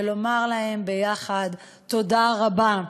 שנאמר להם ביחד: תודה רבה.